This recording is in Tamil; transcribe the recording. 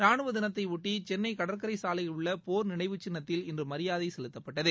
ராணுவ தினத்தை ஓட்டி சென்ளை கடற்கரை சாலையில் உள்ள போர் நினைவுச் சின்னத்தில் இன்று மரியாதை செலுத்தப்பட்டது